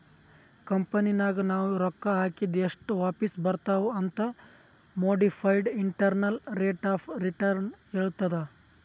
ಕಂಪನಿನಾಗ್ ನಾವ್ ರೊಕ್ಕಾ ಹಾಕಿದ್ ಎಸ್ಟ್ ವಾಪಿಸ್ ಬರ್ತಾವ್ ಅಂತ್ modified internal rate of return ಹೇಳ್ತುದ್